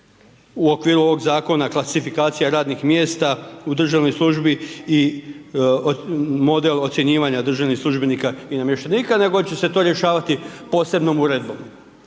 u okviru ovog zakona klasifikacija radnih mjesta u državnoj službi i model ocjenjivanja državnih službenika i namještenika nego će se to rješavati posebnom uredbom.